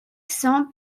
cents